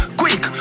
quick